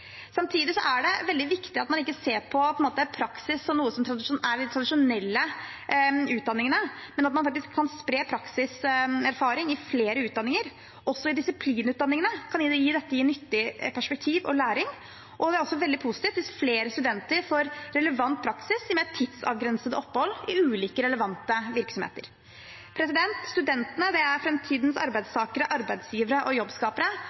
Samtidig er det veldig viktig at man ikke ser på praksis som noe som er i de tradisjonelle utdanningene, men at man faktisk kan spre praksiserfaring i flere utdanninger. Også i disiplinutdanningene kan dette gi nyttig perspektiv og læring. Det er veldig positivt hvis flere studenter får relevant praksis som et tidsavgrenset opphold i ulike relevante virksomheter. Studentene er framtidens arbeidstakere, arbeidsgivere og jobbskapere,